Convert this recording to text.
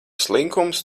slinkums